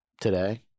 today